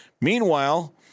Meanwhile